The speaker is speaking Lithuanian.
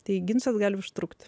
tai ginčas gali užtrukti